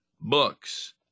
books